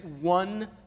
one